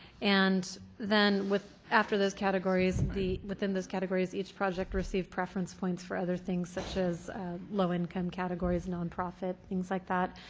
and then after those categories the within those categories, each project received preference points for other things such as low income categories, nonprofit, things like that.